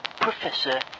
Professor